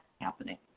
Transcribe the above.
happening